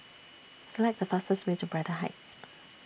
Select The fastest Way to Braddell Heights